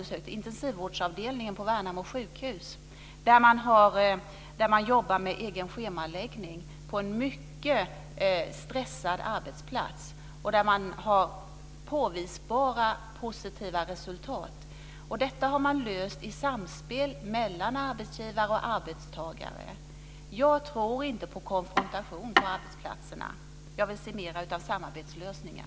Det är intensivvårdsavdelningen på Värnamo sjukhus. Där jobbar man med egen schemaläggning på en mycket stressig arbetsplats. Man har påvisbara positiva resultat av detta. Man har löst det hela i samspel mellan arbetsgivare och arbetstagare. Jag tror inte på konfrontation på arbetsplatserna. Jag vill se mer av samarbetslösningar.